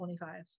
25